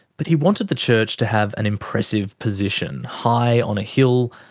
but he wanted the church to have an impressive position, high on a hill,